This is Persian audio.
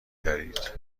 دارید